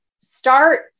start